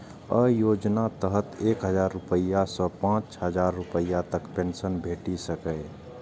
अय योजनाक तहत एक हजार रुपैया सं पांच हजार रुपैया तक पेंशन भेटि सकैए